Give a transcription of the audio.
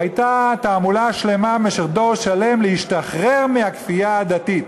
הייתה תעמולה שלמה במשך דור שלם להשתחרר מהכפייה הדתית.